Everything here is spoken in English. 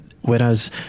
Whereas